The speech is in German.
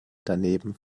daneben